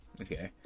Okay